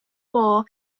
war